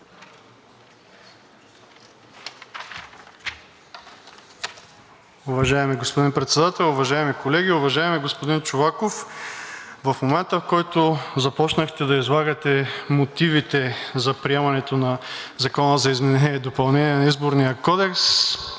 Уважаеми господин Председател, уважаеми колеги! Уважаеми господин Чолаков, в момента, в който започнахте да излагате мотивите за приемането на Закона за изменение и допълнение на Изборния кодекс,